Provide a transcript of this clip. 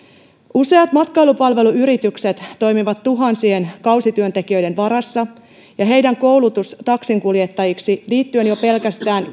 useat matkailupalveluyritykset toimivat tuhansien kausityöntekijöiden varassa ja näiden koulutus taksinkuljettajiksi liittyen jo pelkästään